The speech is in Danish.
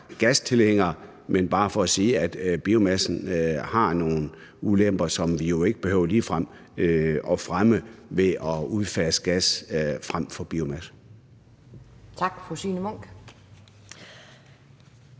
gastilhænger, men bare fordi jeg siger, at biomassen har nogle ulemper, som vi jo ikke behøver ligefrem at fremme ved at udfase gas frem for biomasse. Kl. 12:07 Anden